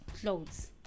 clothes